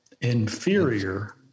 inferior